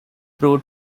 proved